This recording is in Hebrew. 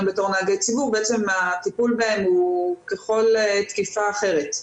בתור עובדי ציבור בעצם הטיפול בהם הוא ככל תקיפה אחרת,